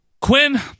Quinn